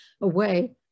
away